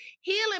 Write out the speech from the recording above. healing